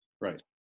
Right